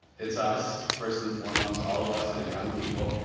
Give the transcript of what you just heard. it's us. first and foremost, all of us as young people,